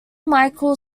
michael